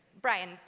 Brian